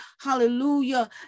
hallelujah